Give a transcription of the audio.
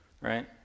Right